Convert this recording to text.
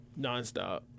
nonstop